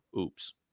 oops